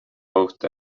both